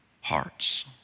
hearts